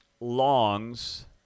longs